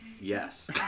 Yes